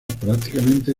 prácticamente